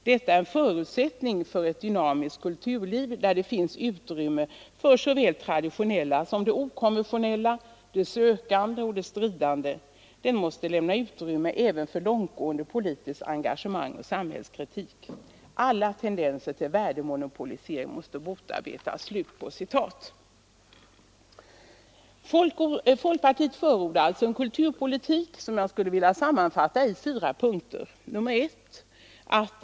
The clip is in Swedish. Detta är en förutsättning för ett dynamiskt kulturliv, där det finns utrymme för såväl det traditionella som det okonventionella, det sökande och det stridande. Den måste lämna utrymme även för långtgående politiskt engagemang och samhällskritik. Alla tendenser till värdemonopilisering måste motarbetas.” Folkpartiet förordar en kulturpolitik, som jag skulle vilja sammanfatta i fyra punkter: 1.